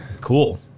Cool